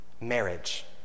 Marriage